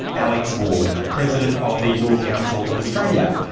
alex ward, president of the law council of australia.